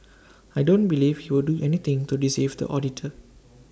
I don't believe he would do anything to deceive the auditor